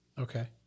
Okay